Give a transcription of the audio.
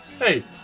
Hey